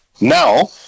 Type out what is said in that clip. Now